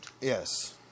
Yes